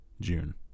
June